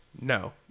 No